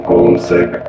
Homesick